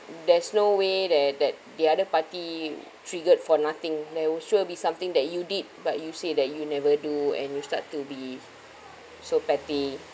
there's no way that that the other party triggered for nothing there will sure be something that you did but you say that you never do and you start to be so petty